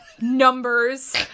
numbers